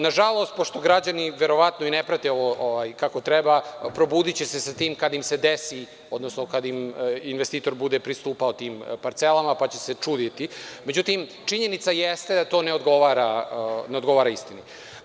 Nažalost, pošto građani verovatno i ne prate kako treba, probudiće se sa tim kada im se desi, odnosno kada im investitor bude pristupao tim parcelama pa će se čuditi, međutim, činjenica jeste da to ne odgovara istini.